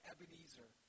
Ebenezer